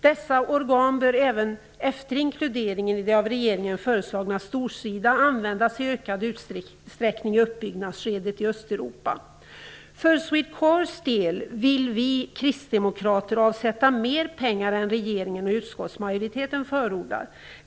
Dessa organ bör även efter inkluderingen i det av regeringen föreslagna "stor-SIDA" användas i ökad utsträckning i uppbyggnadsskedet i Östeuropa. För Swedecorps del vill vi kristdemokrater avsätta mer pengar än regeringen och utskottsmajoriteten förordar.